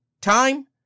time